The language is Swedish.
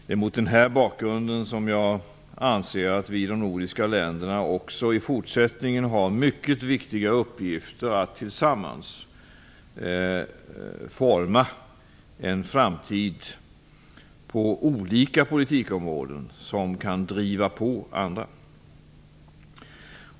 Det är mot den bakgrunden som jag anser att vi i de nordiska länderna också i fortsättningen har mycket viktiga uppgifter framför oss när det gäller att tillsammans forma en framtid inom olika politikområden, som kan driva på andra.